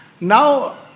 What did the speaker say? now